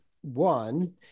one